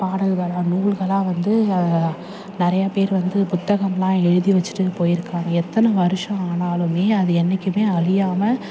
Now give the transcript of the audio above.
பாடல்களாக நூல்களாக வந்து நிறைய பேர் வந்து புத்தகமெலாம் எழுதி வெச்சுட்டு போயிருக்காங்க எத்தனை வருஷம் ஆனாலுமே அது என்றைக்குமே அழியாம